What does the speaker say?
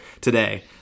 today